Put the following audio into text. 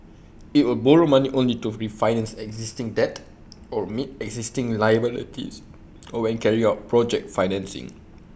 IT will borrow money only to refinance existing debt or meet existing liabilities or when carrying out project financing